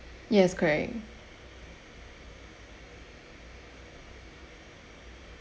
yes correct